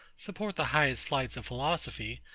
support the highest flights of philosophy,